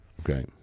Okay